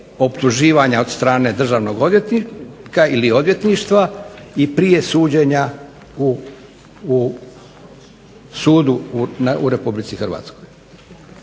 optuživanja od strane državnog odvjetnika ili odvjetništva i prije suđenja u sudu u RH.